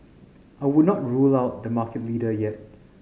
I would not rule out the market leader yet